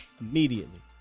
immediately